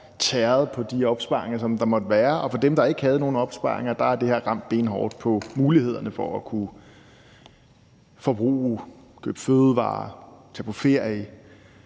tæret på de opsparinger, som der måtte være, og for dem, der ikke havde nogen opsparing, har det her ramt benhårdt på mulighederne for at kunne forbruge, købe fødevarer, tage på ferie,